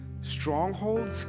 strongholds